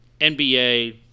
NBA